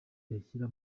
yashyira